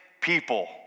people